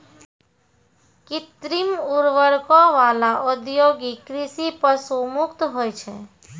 कृत्रिम उर्वरको वाला औद्योगिक कृषि पशु मुक्त होय छै